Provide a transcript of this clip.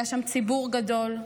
היה שם ציבור גדול.